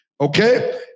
Okay